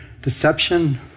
Deception